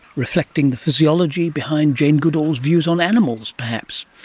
reflecting the physiology behind jane goodall's views on animals perhaps.